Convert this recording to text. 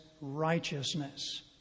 righteousness